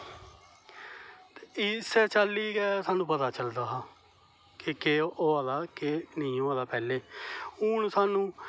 इस्सै चाल्ली गै स्हानू पता चलदा हा कि केह् होआ दा केह् नेई होआ दा पैहलें हून स्हानू